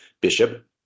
bishop